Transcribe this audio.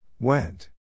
Went